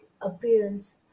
appearance